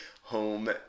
home